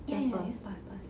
ya ya pass pass